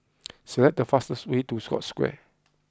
select the fastest way to Scotts Square